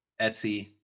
Etsy